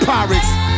Pirates